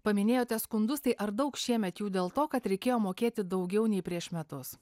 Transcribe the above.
paminėjote skundus tai ar daug šiemet jų dėl to kad reikėjo mokėti daugiau nei prieš metus